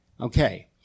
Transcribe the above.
okay